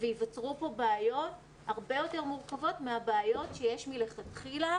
ייווצרו פה בעיות הרבה יותר מורכבות מן הבעיות שיש מלכתחילה,